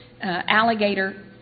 alligator